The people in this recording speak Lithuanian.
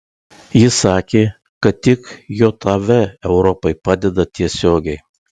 jis sakė kad tik jav europai padeda tiesiogiai